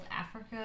Africa